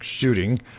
shooting